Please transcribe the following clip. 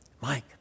Mike